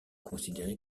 considérée